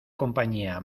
compañía